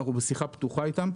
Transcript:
אנחנו בשיחה פתוחה איתם.